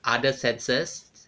other senses